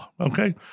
okay